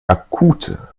akute